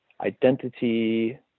identity